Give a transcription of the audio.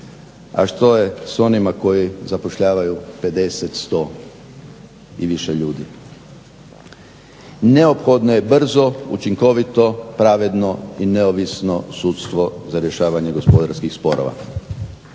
A što je sa onima koji zapošljavaju 50, 100 i više ljudi. Neophodno je brzo, učinkovito, pravedno i neovisno sudstvo za rješavanje gospodarskih sporova.